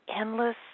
endless